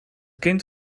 kind